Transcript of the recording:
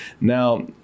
Now